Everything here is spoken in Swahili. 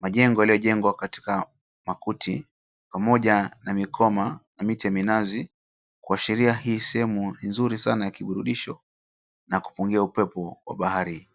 Majengo yaliyojengwa katika makuti pamoja na mikoma na miche ya minazi, kuashiria hii sehemu nzuri saana ya kiburudisho na kupungia upepo wa bahari.